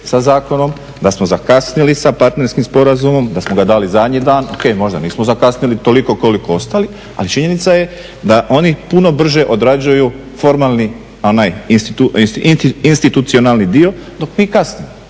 sa zakonom, da smo zakasnili sa partnerskim sporazumom, da smo ga dali zadnji dan. O.k. možda nismo zakasnili toliko koliko ostali, ali činjenica je da oni puno brže odrađuju formalni onaj institucionalni dio dok mi kasnimo.